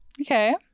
Okay